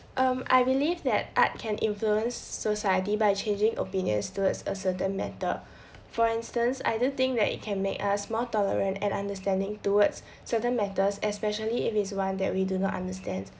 um I believe that art can influence society by changing opinions towards a certain matter for instance either thing that you can make us more tolerant and understanding towards certain matters especially if is one that we do not understand